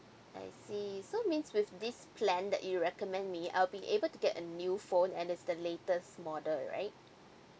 I see so means with this plan that you recommend me I'll be able to get a new phone and there's the latest model right